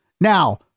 Now